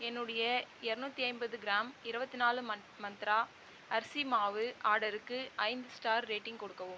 என்னுடைய இருநூற்றி ஐம்பது கிராம் இருபத்து நாலு மந்த்ரா அரிசி மாவு ஆர்டருக்கு ஐந்து ஸ்டார் ரேட்டிங் கொடுக்கவும்